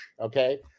Okay